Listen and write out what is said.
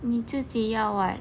你自己要 what